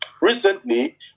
Recently